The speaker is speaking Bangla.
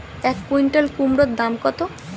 এক কুইন্টাল কুমোড় দাম কত?